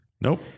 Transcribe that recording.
Nope